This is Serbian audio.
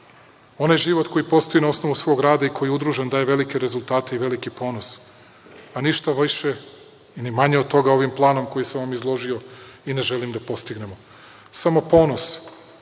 život koji postoji na osnovu svog rada i koji je udružen daje velike rezultate i veliki ponos, a ništa više ni manje od toga ovim planom, koji sam vam izložio, i ne želim da postignemo. Samo ponos